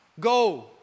Go